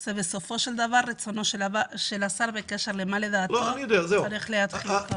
זה רצונו של השר בקשר למה שלדעתו צריך להתחיל.